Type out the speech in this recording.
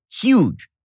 huge